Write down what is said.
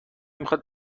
میخواد